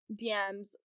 dms